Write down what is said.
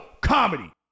comedy